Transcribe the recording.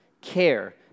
care